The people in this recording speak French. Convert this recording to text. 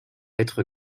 être